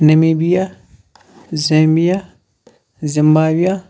Namibia Zambia Zimbabwe